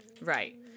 right